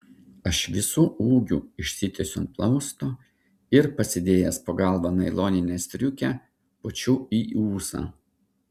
aš visu ūgiu išsitiesiu ant plausto ir pasidėjęs po galva nailoninę striukę pučiu į ūsą